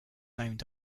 named